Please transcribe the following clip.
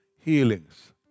healings